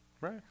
Right